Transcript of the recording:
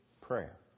prayer